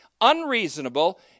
unreasonable